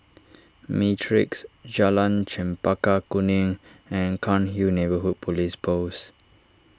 Matrix Jalan Chempaka Kuning and Cairnhill Neighbourhood Police Post